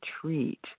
treat